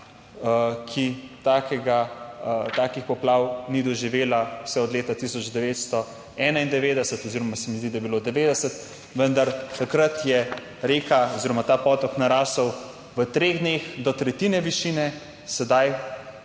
ki takih poplav ni doživela vse od leta 1991 oziroma se mi zdi, da je bilo 90, vendar takrat je reka oziroma ta potok narasel v treh dneh do tretjine višine, sedaj